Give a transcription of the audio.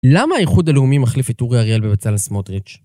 למה האיחוד הלאומי מחליף אורי אריאל בבצלאל סמוטריץ'?